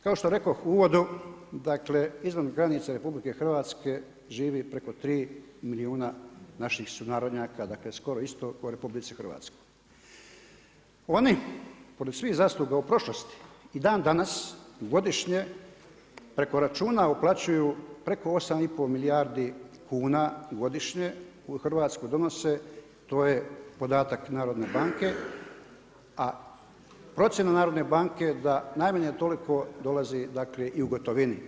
Kao što rekoh u uvodu, dakle izvan granica RH živi preko 3 milijuna naših sunarodnjaka dakle skoro isto u RH, oni pored svih zasluga u prošlosti i dan danas, godišnje, preko računa uplaćuju preko 8,5 milijardi kuna godišnje u Hrvatsku donose, to je podatak Narodne banke a procjena Narodne banke je da najmanje toliko dolazi dakle i u gotovini.